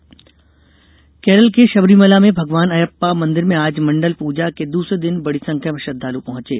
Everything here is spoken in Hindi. शबरीमला पूजा केरल के शबरीमला में भगवान अय्यप्पा मंदिर में आज मंडल पूजा के दूसरे दिन बड़ी संख्या में श्रद्वालु पहुंचे